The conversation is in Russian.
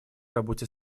работе